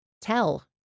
Tell